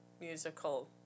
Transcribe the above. musical